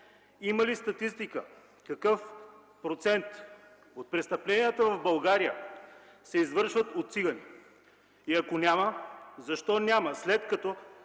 има ли статистика какъв процент от престъпленията в България се извършват от цигани? Ако няма, защо няма, след като